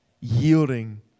Yielding